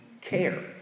care